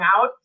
out